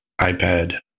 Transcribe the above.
ipad